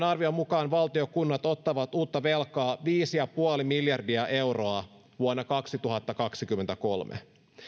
arvion mukaan valtio ja kunnat ottavat uutta velkaa viisi pilkku viisi miljardia euroa vuonna kaksituhattakaksikymmentäkolme